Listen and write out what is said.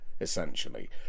essentially